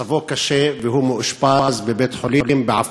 מצבו קשה והוא מאושפז בבית-החולים בעפולה.